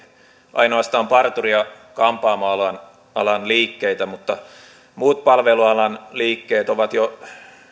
ainoastaan parturi ja kampaamoalan liikkeitä mutta muut palvelualan liikkeet ovat jo